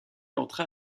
entra